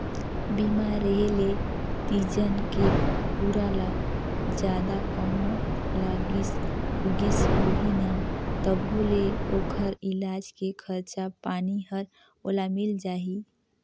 बीमा रेहे ले तीजन के टूरा ल जादा कहों लागिस उगिस होही न तभों ले ओखर इलाज के खरचा पानी हर ओला मिल जाही